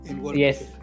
Yes